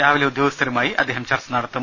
രാവിലെ ഉദ്യോഗസ്ഥരുമായി അദ്ദേഹം ചർച്ച നടത്തും